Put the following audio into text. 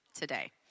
today